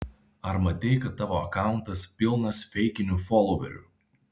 ar matei kad tavo akauntas pilnas feikinių foloverių